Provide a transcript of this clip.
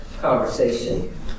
conversation